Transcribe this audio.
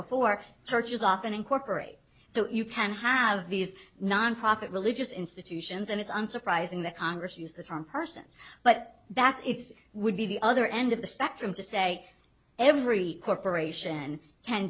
before churches often incorporate so you can have these nonprofit religious institutions and it's unsurprising that congress use the term persons but that it's would be the other end of the spectrum to say every corporation can